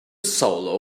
solo